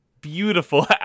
beautiful